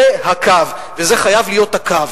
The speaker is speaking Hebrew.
זה הקו וזה חייב להיות הקו,